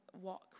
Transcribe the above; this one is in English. walk